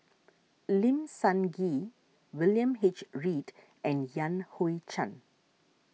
Lim Sun Gee William H Read and Yan Hui Chang